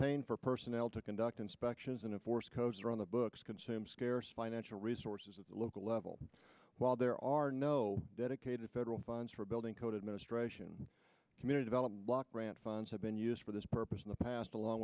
paying for personnel to conduct inspections and force codes are on the books consume scarce financial resources at the local level while there are no dedicated federal funds for building code administration community development block grant funds have been used for this purpose in the past along